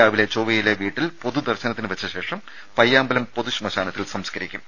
രാവിലെ ചൊവ്വയിലെ വീട്ടിൽ പൊതുദർശനത്തിന് വെച്ചശേഷം പയ്യാമ്പലം പൊതുശ്മശാനത്തിൽ സംസ്ക്കരിക്കും